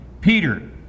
Peter